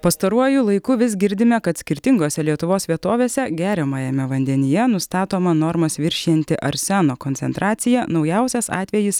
pastaruoju laiku vis girdime kad skirtingose lietuvos vietovėse geriamajame vandenyje nustatoma normas viršijanti arseno koncentracija naujausias atvejis